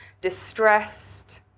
distressed